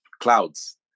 clouds